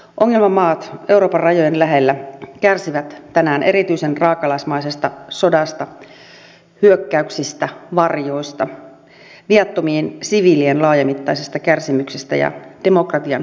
ongelmamaat euroopan rajojen lähellä kärsivät tänään erityisen raakalaismaisesta sodasta hyökkäyksistä varjoista viattomien siviilien laajamittaisista kärsimyksistä ja demokratian raunioittamisesta